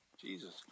Jesus